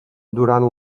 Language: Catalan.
durant